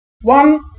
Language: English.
one